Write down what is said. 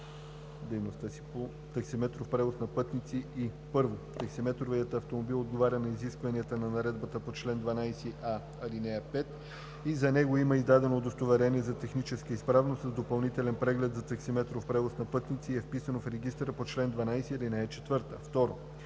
дейността си по таксиметров превоз на пътници, и: 1. таксиметровият автомобил отговаря на изискванията на наредбата по чл. 12а, ал. 5 и за него има издадено удостоверение за техническа изправност с допълнителен преглед за таксиметров превоз на пътници и е вписано в регистъра по чл. 12, ал. 4; 2.